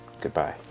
Goodbye